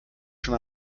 schon